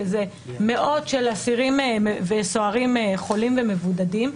שזה מאות של אסירים וסוהרים חולים ומבודדים,